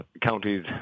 counties